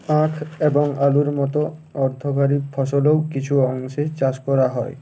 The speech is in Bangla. আখ এবং আলুর মতো অর্থকারী ফসলও কিছু অংশে চাষ করা হয়